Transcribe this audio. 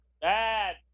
Bad